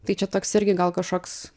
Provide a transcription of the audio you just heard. tai čia toks irgi gal kažkoks